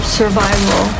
survival